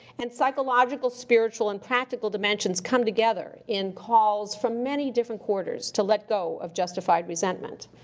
and psychological, spiritual, and practical dimensions come together in calls from many different quarters to let go of justified resentment.